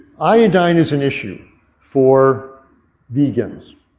iodine is an issue for vegans.